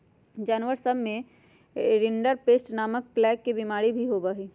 जानवर सब में रिंडरपेस्ट नामक प्लेग के बिमारी भी होबा हई